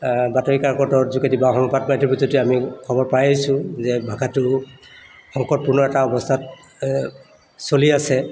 বাতৰিকাকতৰ যোগেদি বা সংবাদ মাধ্যমৰ যোগেদি আমি খবৰ পাই আহিছোঁ যে ভাষাটো সংকটপূৰ্ণ এটা অৱস্থাত চলি আছে